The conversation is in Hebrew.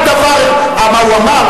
מה הוא אמר?